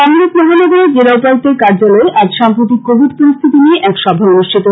কামরূপ মহানগরে জেলা উপায়ুক্তের কার্যালয়ে আজ সাম্প্রতিক কোবিড পরিস্থিতি নিয়ে এক সভা অনুষ্ঠিত হয়েছে